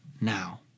now